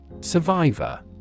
Survivor